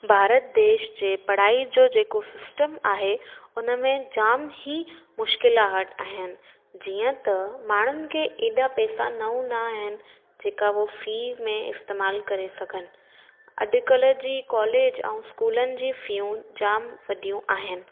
भारत देश जे पढ़ाईअ जो जेको स्सिटम आहे उन में जामु ई मुश्किलात आहिनि जीअं त माण्हुनि खे एॾा पैसा न हून्दा आहिनि जेका उहे फ़ी में इस्तेमालु करे सघनि अॼु कल्ह जी कॉलेज ऐं स्कूलनि जी फ़ीयूं जाम वधियूं आहिनि